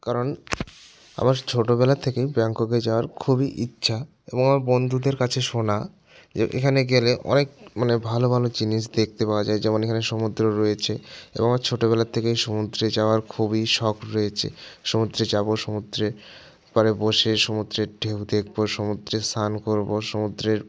কারণ আমার ছোটোবেলা থেকেই ব্যাংককে যাওয়ার খুবই ইচ্ছা এবং আমার বন্ধুদের কাছে শোনা যে এখানে গেলে অনেক মানে ভালো ভালো জিনিস দেখতে পাওয়া যায় যেমন এখানে সমুদ্র রয়েছে এবং আমার ছোটোবেলার থেকেই সমুদ্রে যাওয়ার খুবই শখ রয়েছে সমুদ্রে যাবো সমুদ্রে পারে বসে সমুদ্রের ঢেউ দেখবো সমুদ্রে স্নান করবো সমুদ্রের